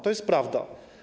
To jest prawda.